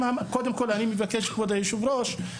קודם כל אני מבקש כבוד היושב-ראש,